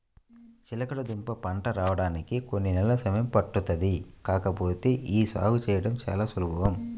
చిలకడదుంపల పంట రాడానికి కొన్ని నెలలు సమయం పట్టుద్ది కాకపోతే యీ సాగు చేయడం చానా సులభం